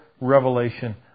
revelation